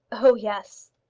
oh, yes.